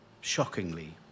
shockingly